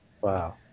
Wow